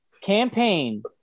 Campaign